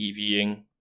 EVing